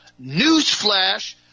Newsflash